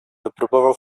wypróbował